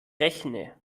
rechne